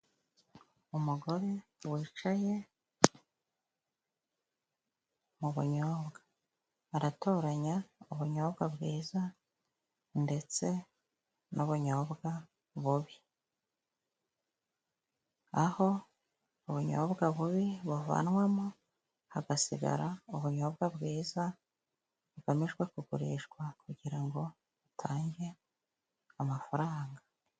Umugore wicaye mu bunyobwa aratoranya ubunyobwa bwiza ndetse n'ubunyobwa bubi .Aho ubunyobwa bubi buvanwamo hagasigara ubunyobwa bwiza bugamijwe kugurishwa kugira ngo butange amafaranga.